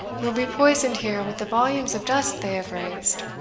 you'll be poisoned here with the volumes of dust they have raised,